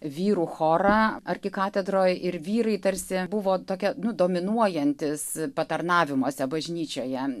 vyrų chorą arkikatedroj ir vyrai tarsi buvo tokia dominuojantys patarnavimuose bažnyčioje